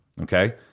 Okay